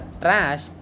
trash